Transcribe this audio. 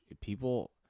people